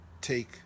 take